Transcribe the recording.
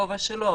בגובה שלו.